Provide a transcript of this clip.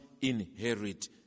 inherit